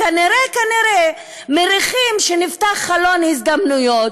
כנראה, כנראה מריחים שנפתח חלון הזדמנויות.